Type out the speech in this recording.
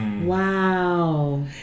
Wow